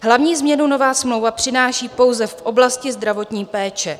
Hlavní změnu nová smlouva přináší pouze v oblasti zdravotní péče.